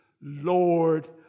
Lord